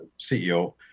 CEO